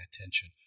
attention